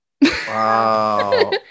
Wow